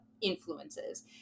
influences